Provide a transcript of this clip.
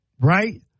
right